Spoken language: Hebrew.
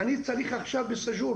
אני צריך עכשיו בסאג'ור